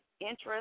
interest